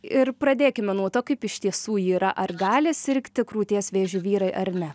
ir pradėkime nuo to kaip iš tiesų yra ar gali sirgti krūties vėžiu vyrai ar ne